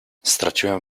straciłem